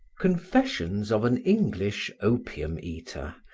confessions of an english opium-eater,